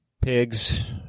pigs